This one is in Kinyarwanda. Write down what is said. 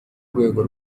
rwego